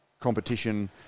competition